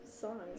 songs